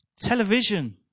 Television